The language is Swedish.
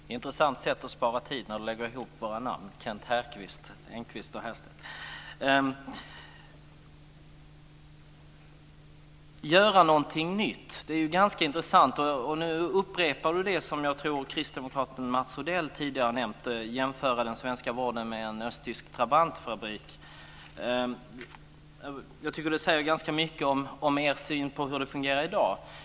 Fru talman! Leif Carlson sade Kent Härqvist. Att på det sättet lägga ihop efternamnen Härstedt och Engqvist är ett intressant sätt att spara tid. Detta med att göra någonting nytt är också ganska intressant. Här upprepar Leif Carlson vad, tror jag, kristdemokraten Mats Odell sade. Jag tänker på jämförelsen mellan den svenska vården och en östtysk Trabantfabrik. Det säger ganska mycket om er syn på hur det i dag fungerar.